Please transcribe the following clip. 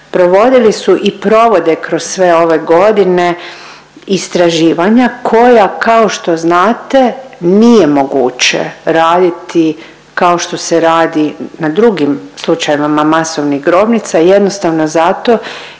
provodili i provode kroz sve ove godine istraživanja koja kao što znate nije moguće raditi kao što se radi na drugim slučajevima masovnih grobnica jednostavno zato